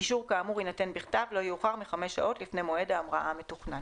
אישור כאמור יינתן בכתב לא יאוחר מחמש שעות לפני מועד ההמראה המתוכנן."